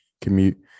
commute